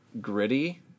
Gritty